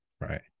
Right